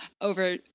over